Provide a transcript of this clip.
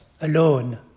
alone